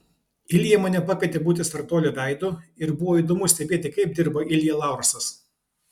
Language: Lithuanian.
ilja mane pakvietė būti startuolio veidu ir buvo įdomu stebėti kaip dirba ilja laursas